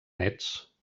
néts